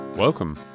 Welcome